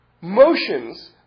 motions